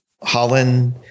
holland